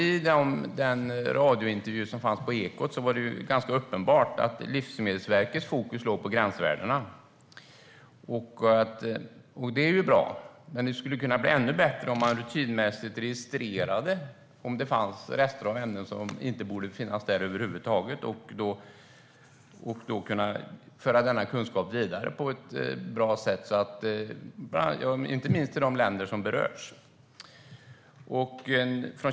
I Ekots radiointervju var det uppenbart att Livsmedelsverkets fokus ligger på gränsvärden. Det är bra, men det skulle vara ännu bättre om man rutinmässigt registrerade rester av ämnen som inte borde finnas i dessa livsmedel över huvud taget. Den kunskapen skulle man sedan kunna föra vidare på ett bra sätt, inte minst till de länder som berörs.